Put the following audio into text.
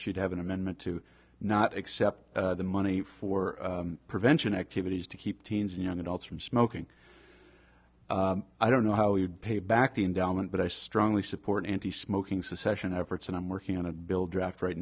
she'd have an amendment to not accept the money for prevention activities to keep teens and young adults from smoking i don't know how you pay back the endowment but i strongly support anti smoking secession efforts and i'm working on a bill draft right